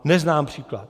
Neznám příklad.